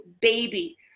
baby